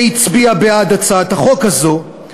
שהצביעה בעד הצעת החוק הזאת: